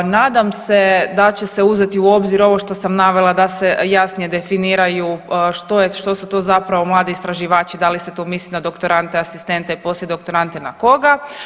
Nadam se da će se uzeti u obzir ovo što sam navela da se jasnije definiraju što su to zapravo mladi istraživači, da li se tu misli na doktorante asistente i poslije doktorante na koga.